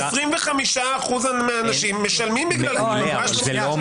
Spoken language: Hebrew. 25% מהאנשים משלמים בגלל מה שנשלח.